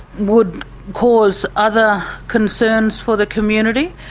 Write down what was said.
would cause other concerns for the community.